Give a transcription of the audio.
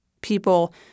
People